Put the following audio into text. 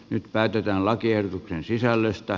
nyt päätetään lakiehdotusten sisällöstä